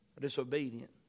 disobedient